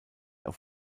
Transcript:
auf